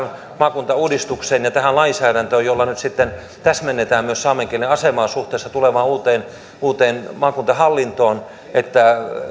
maakuntauudistukseen ja tähän lainsäädäntöön jolla nyt sitten täsmennetään myös saamen kielen asemaa suhteessa tulevaan uuteen maakuntahallintoon